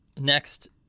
next